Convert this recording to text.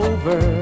Over